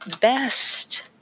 best